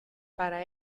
para